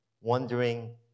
wondering